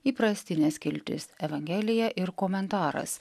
įprastinė skiltis evangelija ir komentaras